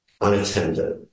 unattended